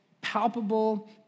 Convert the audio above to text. palpable